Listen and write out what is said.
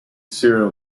serial